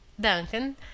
Duncan